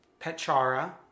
Petchara